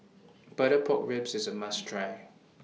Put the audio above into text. Butter Pork Ribs IS A must Try